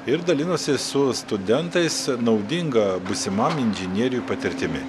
ir dalinosi su studentais naudinga būsimam inžinieriui patirtimi